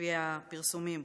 לפי הפרסומים,